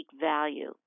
value